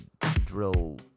drill